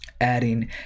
adding